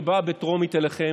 שבאה בטרומית אליכם,